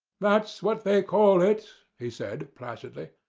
that's what they call it, he said, placidly.